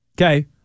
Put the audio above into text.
Okay